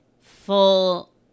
full